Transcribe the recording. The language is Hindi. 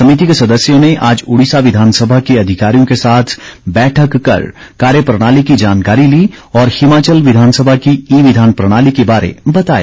समिति के सदस्यों ने आज उड़ीसा विधानसभा के अधिकारियों के साथ बैठक कर कार्यप्रणाली की जानकारी ली और हिमाचल विधानसभा की ई विधान प्रणाली के बारे बताया